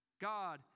God